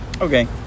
Okay